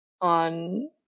on